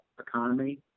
economy